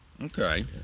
Okay